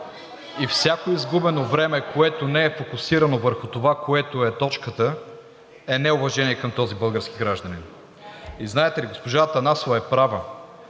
и всяко изгубено време, което не е фокусирано върху това, което е точката, е неуважение към този български гражданин. И знаете ли, госпожа Атанасова е права.